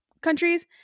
countries